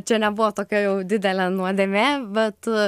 čia nebuvo tokia jau didelė nuodėmė bet